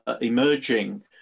emerging